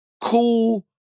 cool